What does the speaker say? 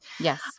yes